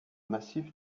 massif